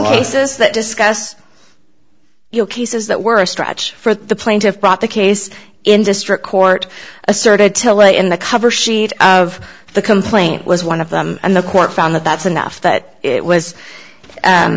says that discuss you know cases that were a stretch for the plaintiffs brought the case in district court asserted to lay in the cover sheet of the complaint was one of them and the court found that that's enough that it was